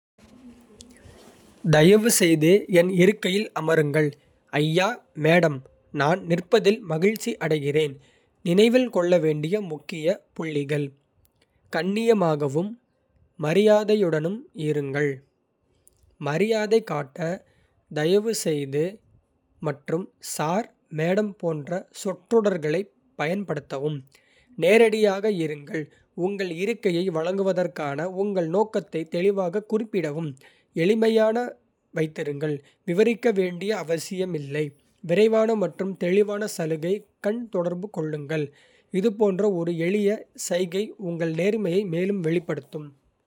தயவுசெய்து, என் இருக்கையில் அமருங்கள், ஐயாமேடம். நான் நிற்பதில் மகிழ்ச்சி அடைகிறேன். நினைவில் கொள்ள வேண்டிய முக்கிய புள்ளிகள். கண்ணியமாகவும் மரியாதையுடனும் இருங்கள் மரியாதை காட்ட தயவுசெய்து மற்றும் சார்/மேடம் போன்ற சொற்றொடர்களைப் பயன்படுத்தவும். நேரடியாக இருங்கள் உங்கள் இருக்கையை வழங்குவதற்கான உங்கள் நோக்கத்தை தெளிவாகக் குறிப்பிடவும். எளிமையாக வைத்திருங்கள் விவரிக்க வேண்டிய அவசியமில்லை, விரைவான மற்றும் தெளிவான சலுகை. கண் தொடர்பு கொள்ளுங்கள் இது போன்ற ஒரு எளிய சைகை உங்கள் நேர்மையை மேலும் வெளிப்படுத்தும்.